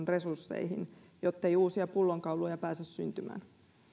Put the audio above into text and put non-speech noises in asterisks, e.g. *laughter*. *unintelligible* resursseihin jottei uusia pullonkauloja pääse syntymään